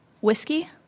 Whiskey